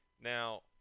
Now